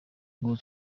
ingabo